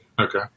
okay